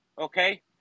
okay